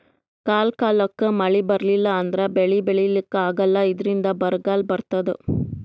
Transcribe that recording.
ಕಾಲ್ ಕಾಲಕ್ಕ್ ಮಳಿ ಬರ್ಲಿಲ್ಲ ಅಂದ್ರ ಬೆಳಿ ಬೆಳಿಲಿಕ್ಕ್ ಆಗಲ್ಲ ಇದ್ರಿಂದ್ ಬರ್ಗಾಲ್ ಬರ್ತದ್